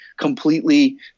completely